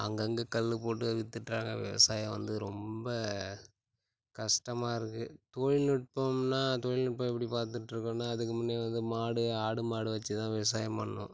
அங்கங்கே கல் போட்டு வித்துடுறாங்க விவசாயம் வந்து ரொம்ப கஸ்டமாக இருக்குது தொழில்நுட்பம்னால் தொழில்நுட்பம் எப்படி பார்த்துட்ருக்கோன்னா அதுக்கு முன்னே வந்து மாடு ஆடு மாடை வச்சு தான் விவசாயம் பண்ணோம்